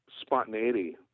spontaneity